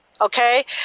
okay